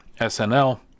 snl